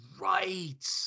right